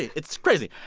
it's crazy.